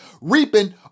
reaping